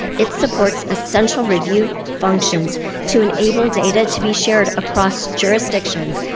it supports essential review functions to enable data to be shared across jurisdictions,